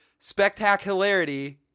spectacularity